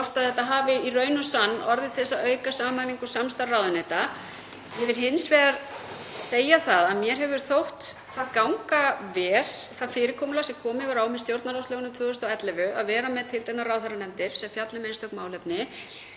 þetta hafi í raun og sann orðið til þess að auka samhæfingu og samstarf ráðuneyta. Ég vil hins vegar segja að mér hefur þótt ganga vel það fyrirkomulag sem komið var á með stjórnarráðslögunum árið 2011 að vera með tilteknar ráðherranefndir sem fjalla um einstök málefni.